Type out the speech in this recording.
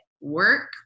work